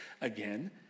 again